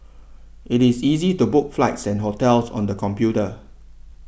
it is easy to book flights and hotels on the computer